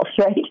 right